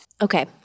Okay